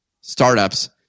startups